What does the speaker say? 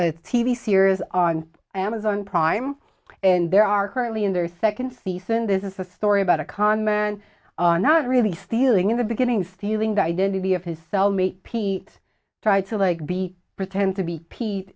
v series on amazon prime and there are currently in their second season this is a story about a con man not really stealing in the beginning stealing the identity of his cellmate pete tried to like be pretend to be pete